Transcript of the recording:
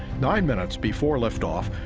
nine minutes before liftoff,